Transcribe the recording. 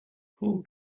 who